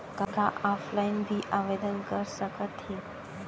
का ऑफलाइन भी आवदेन कर सकत हे?